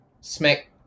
smack